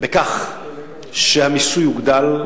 בכך שהמיסוי הוגדל,